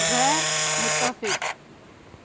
غیر متفق